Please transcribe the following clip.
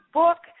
book